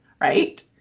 right